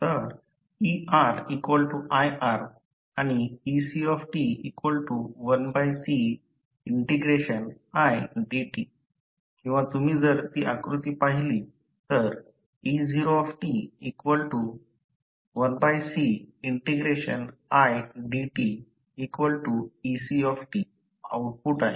तर eRIR आणि eCt1Cidt किंवा तुम्ही जर ती आकृती पाहिली तर e0t1CidteC आउटपुट आहे